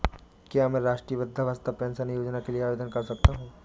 क्या मैं राष्ट्रीय वृद्धावस्था पेंशन योजना के लिए आवेदन कर सकता हूँ?